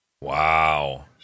wow